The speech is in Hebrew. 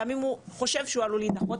גם אם הוא חושב שהוא עלול להידחות,